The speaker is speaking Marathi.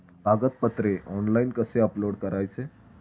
कागदपत्रे ऑनलाइन कसे अपलोड करायचे?